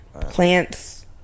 Plants